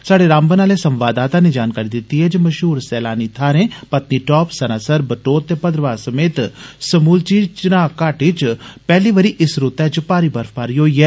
साढ़े रामबन आले संवाददाता नै जानकारी दिती ऐ जे मषहूर सैलानी थाहरें पत्नीटॉप सनासर बटोत ते भद्रवाह समेत समूलची चनाह घाटी च पैहली बारी इस रुतै च भारी बर्फबारी होई ऐ